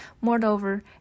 Moreover